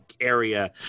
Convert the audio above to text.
area